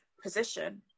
Position